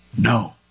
no